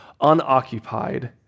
unoccupied